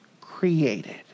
created